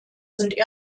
sind